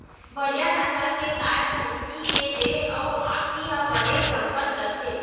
बड़िहा नसल के गाय, भँइसी के देहे अउ आँखी ह बने चमकत रथे